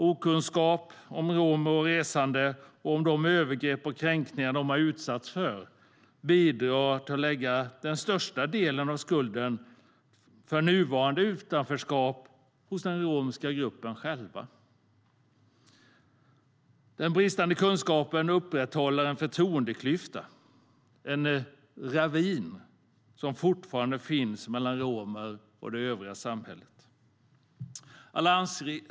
Okunskap om romer och resande och om de övergrepp och kränkningar de har utsatts för bidrar till att lägga den största delen av skulden för nuvarande utanförskap hos den romska gruppen själv. Den bristande kunskapen upprätthåller en förtroendeklyfta, en ravin, som fortfarande finns mellan romer och det övriga samhället.